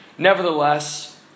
Nevertheless